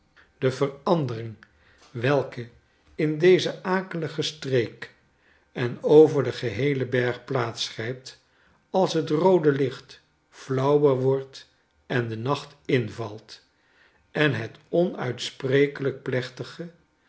de verandering welke in deze akelige streek en over den geheelen berg plaats grijpt als het roode licht flauwer wordt en de nacht invalt en het onuitsprekelijk plechtige